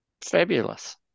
Fabulous